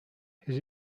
his